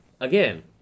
again